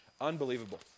Unbelievable